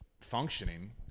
functioning